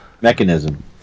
mechanism